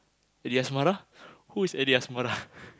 A D Asmara who is A D Asmara